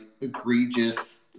egregious